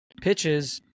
pitches